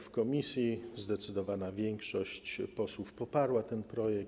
W komisji zdecydowana większość posłów poparła ten projekt.